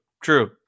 true